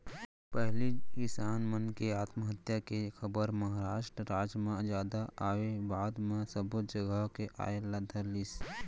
पहिली किसान मन के आत्महत्या के खबर महारास्ट राज म जादा आवय बाद म सब्बो जघा के आय ल धरलिस